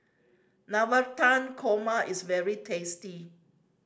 Navratan Korma is very tasty